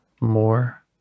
more